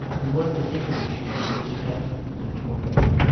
and one particular sheet of which half had been torn off.